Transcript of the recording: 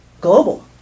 global